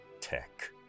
tech